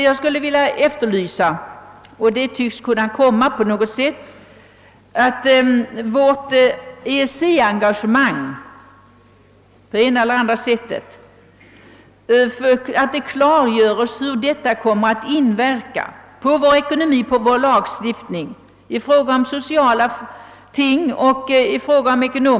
Jag efterlyser uppgifter om hur vårt EEC-engagemang på det ena eller andra sättet kommer att inverka på vår ekonomi, vår lagstiftning och våra sociala spörsmål.